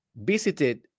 visited